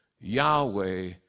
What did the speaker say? Yahweh